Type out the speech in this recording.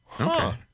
Okay